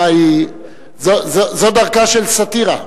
זו דרכה של סאטירה.